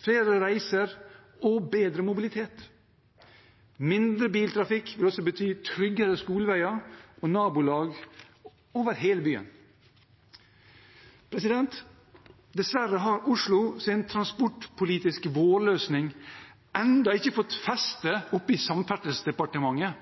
flere reiser og bedre mobilitet. Mindre biltrafikk vil også bety tryggere skoleveier og nabolag over hele byen. Dessverre har Oslos transportpolitiske vårløsning ennå ikke fått feste i Samferdselsdepartementet.